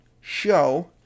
show